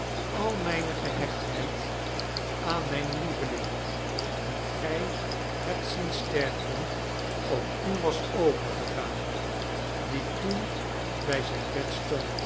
al mijne gehechtheid aan mijn lieveling dien gij hebt zien sterven op u was overgegaan die toen bij zijn bed stondt